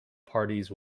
parties